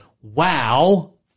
wow